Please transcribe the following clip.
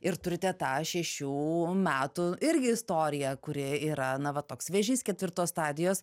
ir turite tą šešių metų irgi istoriją kuri yra na va toks vėžys ketvirtos stadijos